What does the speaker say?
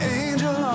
angel